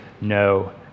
no